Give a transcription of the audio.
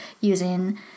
using